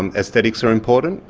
and aesthetics are important,